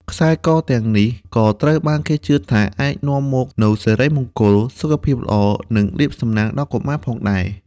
ខ្សែកទាំងនេះក៏ត្រូវបានគេជឿថាអាចនាំមកនូវសិរីមង្គល សុខភាពល្អ និងលាភសំណាងដល់កុមារផងដែរ។